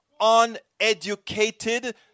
uneducated